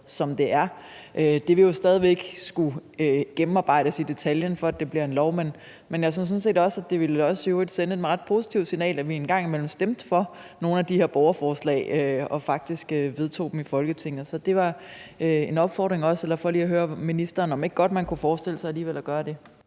som det er. Det vil stadig væk skulle gennemarbejdes i detaljen, for at det bliver en lov, men jeg synes sådan set også, at det i øvrigt ville sende et ret positivt signal, at vi en gang imellem stemte for nogle af de her borgerforslag og faktisk vedtog dem i Folketinget. Så det var en opfordring og for lige at høre ministeren, om man ikke godt kunne forestille sig alligevel at gøre det.